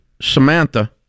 Samantha